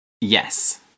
Yes